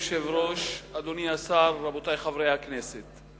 אדוני היושב-ראש, אדוני השר, רבותי חברי הכנסת,